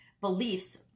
beliefs